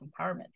empowerment